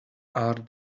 are